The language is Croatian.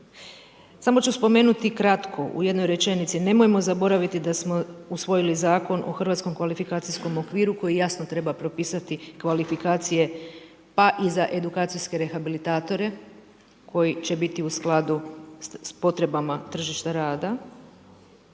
Samo ću spomenuti kratko u jednoj rečenici, nemojmo zaboraviti da smo usvojili Zakon o Hrvatskom kvalifikacijskom okviru koji jasno treba propisati kvalifikacije, pa i za edukacijske rehabilitatore koji će biti u skladu s potrebama tržišta rada.